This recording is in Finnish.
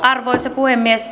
arvoisa puhemies